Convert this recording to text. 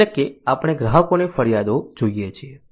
એટલે કે આપણે ગ્રાહકોની ફરિયાદો જોઈએ છીએ